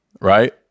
Right